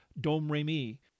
Domremy